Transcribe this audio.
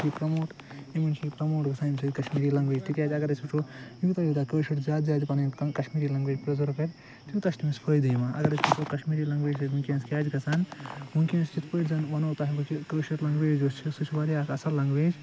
یہِ پرموٹ یمن چھ یہِ پرموٹ گَژھان امہ سۭتۍ کشمیٖری لنٛگویج تکیاز اگر أسۍ وٕچھو یوٗتاہ یوٗتاہ کٲشُر زیاد زیاد پَنن کٲشٕر کشمیٖری لنٛگویج پرٕزیٚرو کَرِ تیوتاہ چھُ تٔمِس فٲیدٕ یِوان اگر أسۍ وٕچھو کشمیٖری لنٛگویج سۭتۍ ونکیٚنَس کیاہ چھُ گَژھان ونکیٚنَس یِتھ پٲٹھۍ زَن ونو کٲشٕر لنٛگویج یوٚس چھِ سۄ چھِ واریاہ اکھ اصل لنگویج